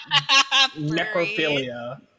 necrophilia